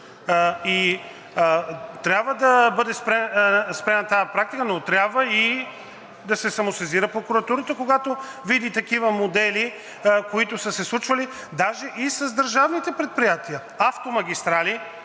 Трябва да бъде спряна тази практика, но трябва и да се самосезира прокуратурата, когато види такива модели, които са се случвали даже и с държавните предприятия. „Автомагистрали“